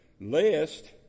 lest